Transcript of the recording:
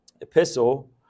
epistle